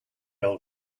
old